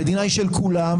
המדינה היא של כולם,